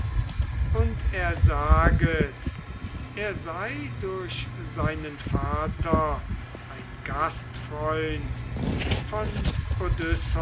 und er saget er sei durch seinen vater ein gastfreund von